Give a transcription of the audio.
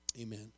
Amen